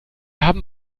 haben